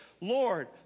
Lord